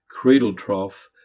cradle-trough